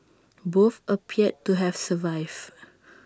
both appeared to have survived